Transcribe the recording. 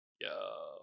yo